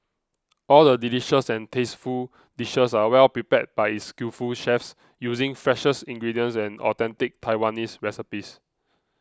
all the delicious and tasteful dishes are well prepared by its skillful chefs using freshest ingredients and authentic Taiwanese recipes